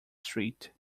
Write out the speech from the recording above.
street